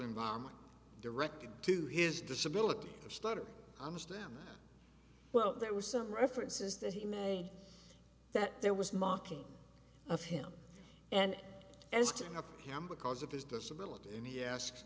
environment directed to his disability study understand that well there was some references that he made that there was mocking of him and as to help him because of his disability and he asks